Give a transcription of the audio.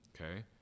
Okay